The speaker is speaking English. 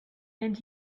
and